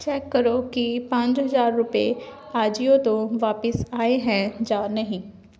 check ਕਰੋ ਕਿ ਪੰਜ ਹਜ਼ਾਰ ਰੁਪਏ ਆਜੀਓ ਤੋਂ ਵਾਪਸ ਆਏ ਹੈ ਜਾਂ ਨਹੀਂ